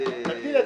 תמר,